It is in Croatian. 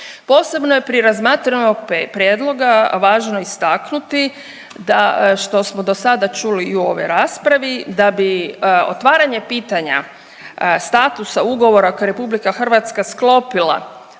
Posebno je pri razmatranju ovog prijedloga važno istaknuti da što smo do sada čuli i u ovoj raspravi da bi otvaranje pitanja statusa ugovora koje je Republika Hrvatska sklopila